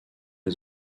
les